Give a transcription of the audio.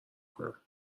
کنم